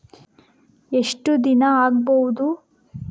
ಎಷ್ಟು ದಿನ ಆಗ್ಬಹುದು?